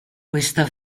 questa